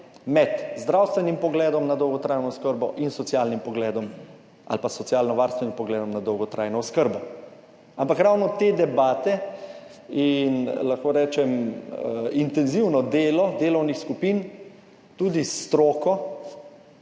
med zdravstvenim pogledom na dolgotrajno oskrbo in socialnim pogledom ali pa socialnovarstvenim pogledom na dolgotrajno oskrbo, ampak ravno te debate in lahko rečem intenzivno delo delovnih skupin tudi s stroko,